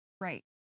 right